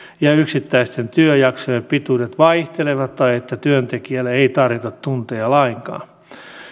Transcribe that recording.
ja yksittäisten työjaksojen pituudet vaihtelevat tai että työntekijälle ei tarjota tunteja lainkaan